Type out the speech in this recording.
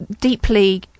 deeply